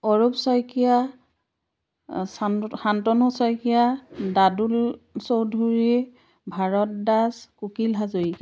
Arup Saikia Shanta Shantanu Saikia Dadul Choudhury Bharat Das Kukil Hazarika